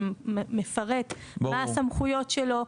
שמפרט מה הסמכויות שלו,